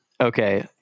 Okay